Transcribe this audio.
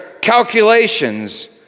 calculations